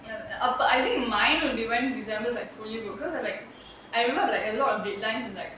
ya but I think mine will be when december's like fully booked because of like I remember a lot of deadlines is like